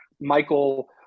michael